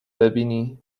ببینی